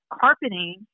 carpeting